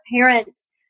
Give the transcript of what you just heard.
parents